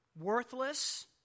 Worthless